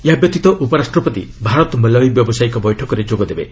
ଏହାବ୍ୟତୀତ ଉପରାଷ୍ଟ୍ରପତି ଭାରତ ମଲାୱି ବ୍ୟାବସାୟିକ ବୈଠକରେ ଯୋଗ ଦେବେ